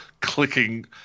clicking